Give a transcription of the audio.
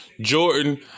Jordan